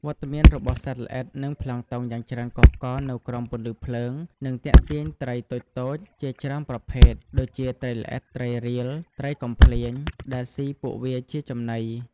វត្តមានរបស់សត្វល្អិត និងប្លង់តុងយ៉ាងច្រើនកុះករនៅក្រោមពន្លឺភ្លើង នឹងទាក់ទាញ ត្រីតូចៗ ជាច្រើនប្រភេទ ដូចជាត្រីល្អិត ត្រីរៀល ត្រីកំភ្លាញ ដែលស៊ីពួកវាជាចំណី។